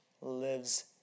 lives